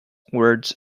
words